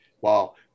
Wow